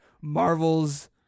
marvel's